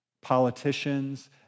politicians